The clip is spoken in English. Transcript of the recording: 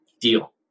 Deal